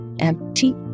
empty